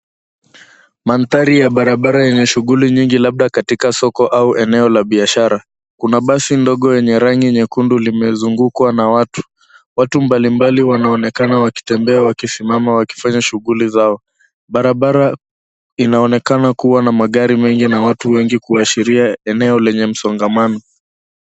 Mandhari ya barabara yenye shughuli nyingi labda katika soko au eneo la biashara. Kuna basi ndogo enye rangi nyekundu limezungukwa na watu. Watu mbalimbali wanaonekana wakitembea, wakisimama, wakifanya shughuli zao. Barabara inaonekana kuwa na magari mengi na watu wengi kuashiria eneo lenye msongamano.